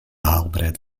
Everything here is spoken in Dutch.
haalbaarheid